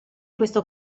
questo